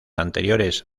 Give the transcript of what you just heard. anteriores